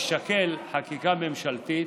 תישקל חקיקה ממשלתית,